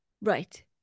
Right